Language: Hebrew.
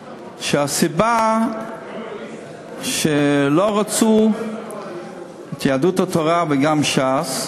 שהסיבה שלא רצו את יהדות התורה וגם את ש"ס,